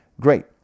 Great